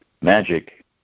Magic